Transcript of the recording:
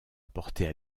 apportées